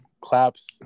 claps